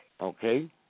Okay